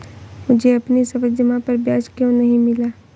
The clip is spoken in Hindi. मुझे अपनी सावधि जमा पर ब्याज क्यो नहीं मिला?